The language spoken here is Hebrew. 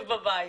בבית,